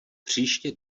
příště